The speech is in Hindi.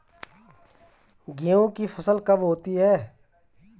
गेहूँ की फसल कब होती है?